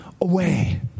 away